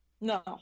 No